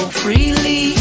freely